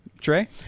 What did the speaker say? Trey